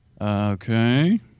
Okay